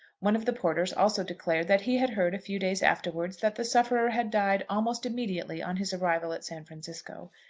one of the porters also declared that he had heard a few days afterwards that the sufferer had died almost immediately on his arrival at san francisco.